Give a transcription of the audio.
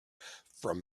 from